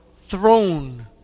throne